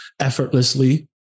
effortlessly